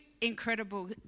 incredible